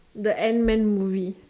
the Ant Man movie